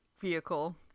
vehicle